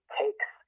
takes